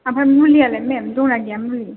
आमफ्राय मुलियालाय मेम दंना गैया मुलि